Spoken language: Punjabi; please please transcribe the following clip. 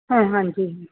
ਹਾਂ ਹਾਂਜੀ